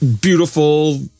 beautiful